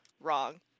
Wrong